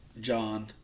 John